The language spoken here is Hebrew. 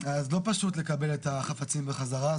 אז זה לא פשוט לקבל את החפצים בחזרה,